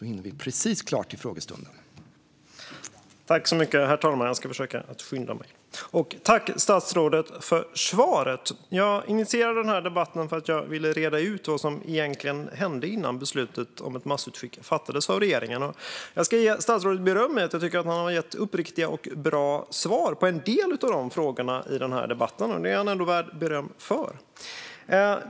Herr talman! Tack, statsrådet, för svaret! Jag initierade denna debatt eftersom jag ville reda ut vad som egentligen hände innan beslutet om ett massutskick fattades av regeringen. Jag ska ge statsrådet beröm. Jag tycker att han har gett uppriktiga och bra svar på en del av frågorna i denna debatt. Det är han värd beröm för.